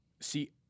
See